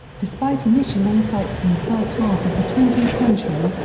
despite initial insights in the first half of the twentieth century,